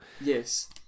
Yes